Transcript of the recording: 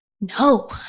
No